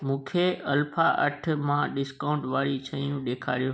मूंखे अल्फा अठ मां डिस्काउट वारियूं शयूं ॾेखारियो